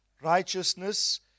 righteousness